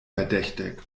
verdächtig